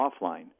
offline